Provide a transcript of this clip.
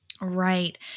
Right